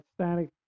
static